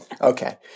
Okay